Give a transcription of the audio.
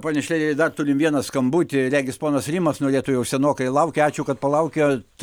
pone šlėderi dar turim vieną skambutį regis ponas rimas norėtų jau senokai laukia ačiū kad palaukėt